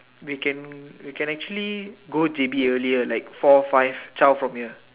we can we can actually go J_B earlier like four five twelve from here